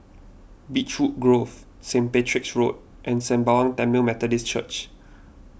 Beechwood Grove Saint Patrick's Road and Sembawang Tamil Methodist Church